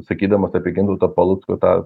sakydamas apie gintauto palucko tą